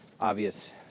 Obvious